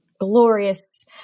glorious